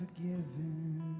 Forgiven